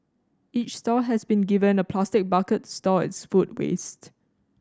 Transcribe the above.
each stall has been given a plastic bucket to store its food waste